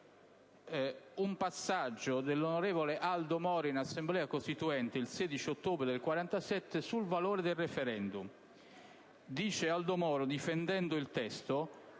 un passaggio di un discorso tenuto da Aldo Moro in Assemblea costituente il 16 ottobre del 1947 sul valore del *referendum*. Dice Aldo Moro, difendendo il testo: